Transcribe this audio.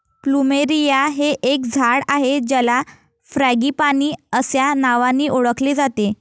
plumeria हे एक झाड आहे ज्याला फ्रँगीपानी अस्या नावानी ओळखले जाते